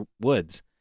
woods